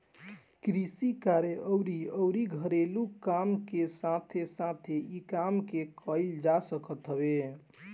कृषि कार्य अउरी अउरी घरेलू काम के साथे साथे इ काम के कईल जा सकत हवे